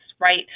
right